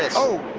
ah oh,